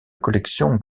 collection